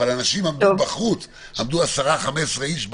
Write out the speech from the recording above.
אבל אנשים עמדו בחוץ, עמדו 10 15 איש בחוץ.